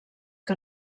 que